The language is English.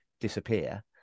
disappear